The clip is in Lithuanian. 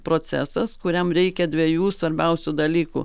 procesas kuriam reikia dviejų svarbiausių dalykų